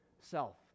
self